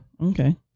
Okay